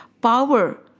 power